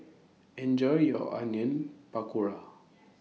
Enjoy your Onion Pakora